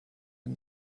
him